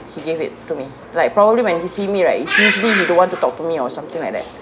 he gave it to me like probably when he see me right it's usually you don't want to talk to me or something like that